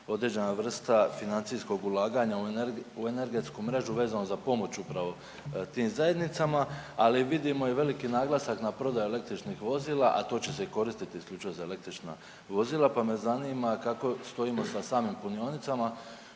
određena vrsta financijskog ulaganja u energetsku mrežu vezano za pomoć upravo tim zajednicama, ali vidimo i veliki naglasak na prodaju električnih vozila, a to će se koristiti i isključivo za električna vozila pa me zanima kako stojimo sa samim punionicama